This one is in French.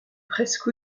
presque